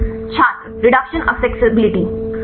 छात्र रिडक्शन अक्सेसिबिलिटीत